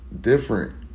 different